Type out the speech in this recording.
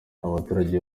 abaturage